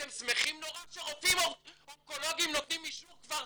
אתם שמחים נורא שרופאים אונקולוגים נותנים אישור כבר.